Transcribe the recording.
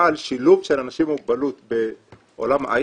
על שילוב של אנשים עם מוגבלות בעולם ההייטק,